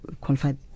qualified